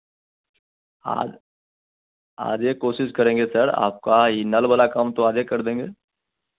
आज आ जाईए कोशिश करेंगे सर आपका यह नल वाला काम तो आज कर देंगे